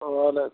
وَعلیکُم